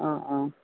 অঁ অঁ